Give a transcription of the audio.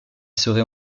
serait